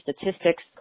statistics